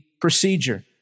procedure